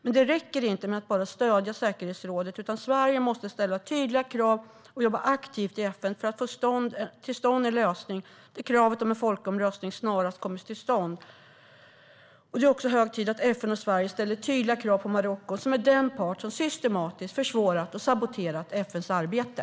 Men det räcker inte med att bara stödja säkerhetsrådet, utan Sverige måste också ställa tydliga krav och jobba aktivt i FN för att få till stånd en lösning, där kravet att en folkomröstning snarast kommer till stånd är centralt. Det är också hög tid att FN och Sverige ställer tydliga krav på Marocko, som är den part som systematiskt försvårat och saboterat FNs arbete.